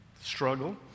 struggle